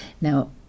Now